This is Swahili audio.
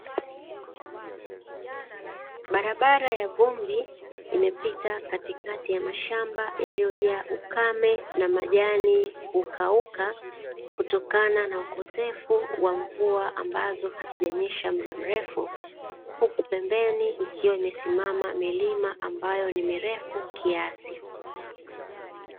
Barabara ya vumbi imepita katikati ya mashamba yailiyojaa ukame na majani hukauka kutokana na ukosefu wa mvua ambazo hazijanyesha kwa muda mrefu, huku pembeni ikiwa imesimama milima ambayo ni mirefu kiasi.